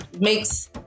makes